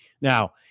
Now